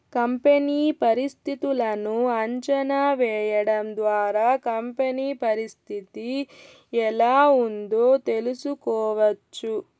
company పరిస్థితులను అంచనా వేయడం ద్వారా కంపెనీ పరిస్థితి ఎలా ఉందో తెలుసుకోవచ్చు